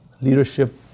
leadership